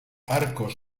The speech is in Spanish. arcos